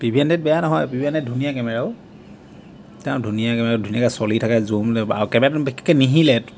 P V hundred বেয়া নহয় P V hundred ধুনীয়া কেমেৰা অ' একদম ধুনীয়া কেমেৰা ধুনীয়াকৈ চলি থাকে জুম লয় আৰু কেমেৰাটো বিশেষকৈ নিহিলে